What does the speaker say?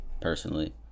personally